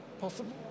possible